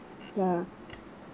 ya